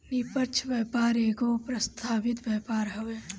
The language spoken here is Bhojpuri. निष्पक्ष व्यापार एगो प्रस्तावित व्यापार हवे